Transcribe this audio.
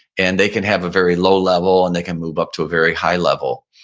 and they can have a very low level and they can move up to a very high level.